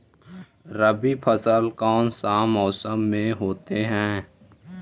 रवि फसल कौन सा मौसम में होते हैं?